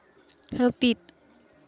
ᱦᱟᱹᱯᱤᱫ